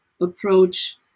approach